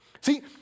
See